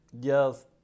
Yes